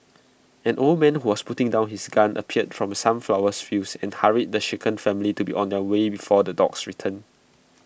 an old man who was putting down his gun appeared from the sunflowers fields and hurried the shaken family to be on their way before the dogs return